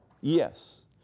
Yes